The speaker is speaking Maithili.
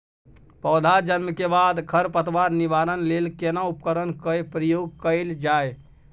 पौधा जन्म के बाद खर पतवार निवारण लेल केना उपकरण कय प्रयोग कैल जाय?